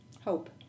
Hope